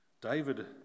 David